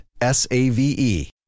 S-A-V-E